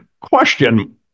question